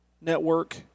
network